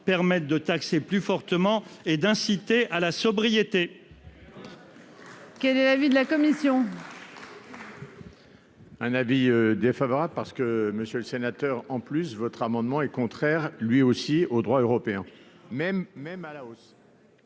amendement, de taxer plus fortement et d'inciter à la sobriété.